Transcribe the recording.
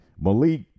Malik